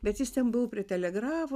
bet jis ten buvo prie telegrafo